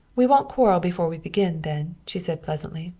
we won't quarrel before we begin, then, she said pleasantly.